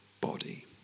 body